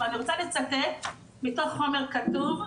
ואני רוצה לצטט מתוך חומר כתוב,